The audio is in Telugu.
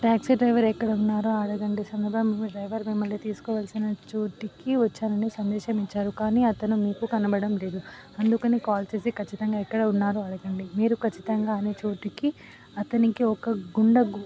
ట్యాక్సీ డ్రైవర్ ఎక్కడున్నారో అడగండి సంబంధం మీ డ్రైవర్ మిమ్మల్ని తీసుకోవలసిన చోటికి వచ్చారని సందేశం ఇచ్చారు కానీ అతను మీకు కనపడడం లేదు అందుకని కాల్ చేసి ఖచ్చితంగా ఎక్కడ ఉన్నారో అడగండి మీరు ఖచ్చితంగా అనే చోటుకి అతనికి ఒక గుండగు